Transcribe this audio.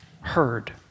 heard